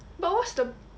but what's the